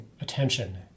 attention